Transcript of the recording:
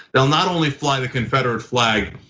he'll not only fly the confederate flag,